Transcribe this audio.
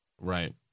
Right